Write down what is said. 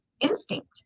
instinct